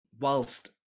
whilst